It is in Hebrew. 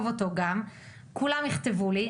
כולם יכתבו לי,